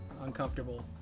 uncomfortable